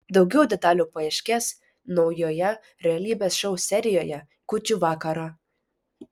daugiau detalių paaiškės naujoje realybės šou serijoje kūčių vakarą